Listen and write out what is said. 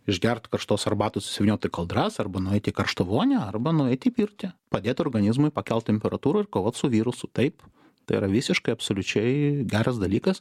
išgert karštos arbatos susivyniot į koldras arba nueit į karštą vonią arba nueit į pirtį padėt organizmui pakelt temperatūrą ir kovot su virusu taip tai yra visiškai absoliučiai geras dalykas